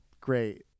Great